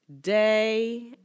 Day